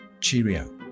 Cheerio